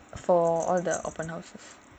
for all the open houses